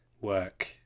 work